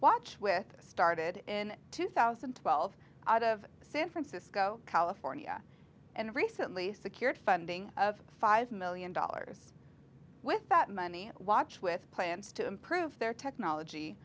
watch with started in two thousand and twelve out of san francisco california and recently secured funding of five million dollars with that money watch with plans to improve their technology